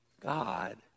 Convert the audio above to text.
God